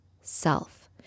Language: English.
self